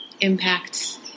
impact